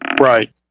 Right